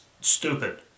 stupid